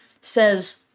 says